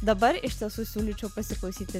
dabar iš tiesų siūlyčiau pasiklausyti